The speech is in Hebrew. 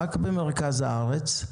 רק במרכז הארץ.